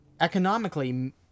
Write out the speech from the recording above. economically